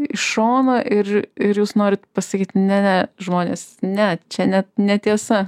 iš šono ir ir jūs norit pasakyt ne žmonės ne čia ne netiesa